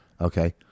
Okay